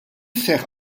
seħħ